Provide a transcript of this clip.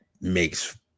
makes